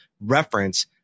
reference